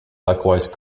likewise